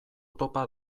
topa